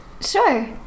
Sure